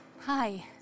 Hi